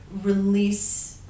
release